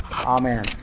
Amen